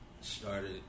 started